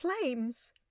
flames